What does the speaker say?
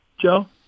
Joe